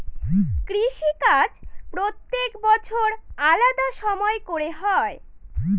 কৃষিকাজ প্রত্যেক বছর আলাদা সময় করে হয়